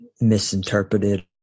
misinterpreted